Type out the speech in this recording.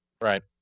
Right